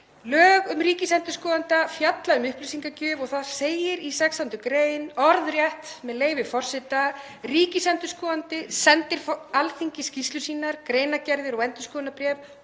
Lög um ríkisendurskoðun fjalla um upplýsingagjöf og þar segir í 16. gr. orðrétt, með leyfi forseta: „Ríkisendurskoðandi sendir Alþingi skýrslur sínar, greinargerðir og endurskoðunarbréf